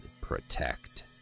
Protect